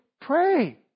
pray